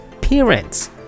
parents